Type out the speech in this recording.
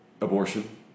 Abortion